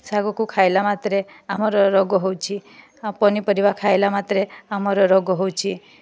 ଶାଗକୁ ଖାଇଲା ମାତ୍ରେ ଆମର ରୋଗ ହେଉଛି ଆଉ ପନିପରିବା ଖାଇଲା ମାତ୍ରେ ଆମର ରୋଗ ହେଉଛି